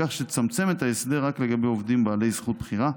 בכך שתצמצם את ההסדר רק לעובדים בעלי זכות בחירה.